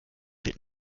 wird